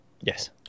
Yes